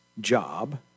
job